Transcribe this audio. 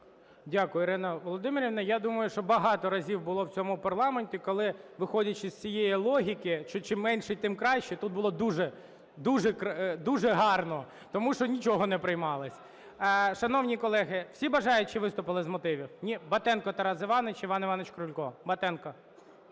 Дякую, Ірина Володимирівна. Я думаю, що багато разів було в цьому парламенті, коли, виходячи з цієї логіки, що чим менше, тим краще, тут було дуже гарно, тому що нічого не приймалось. Шановні колеги, всі бажаючі виступили з мотивів? Ні? Батенко Тарас Іванович. Іван Іванович Крулько. Батенко.